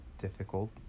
difficult